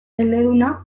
eleduna